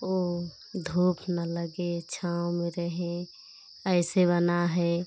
वह धूप न लगे छाँव में रहें ऐसे बना है